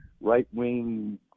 right-wing